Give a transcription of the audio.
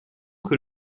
que